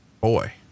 boy